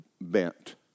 bent